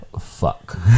fuck